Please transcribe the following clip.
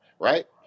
right